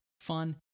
fun